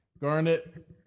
Garnet